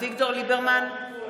אחרי כל הנאומים שלך,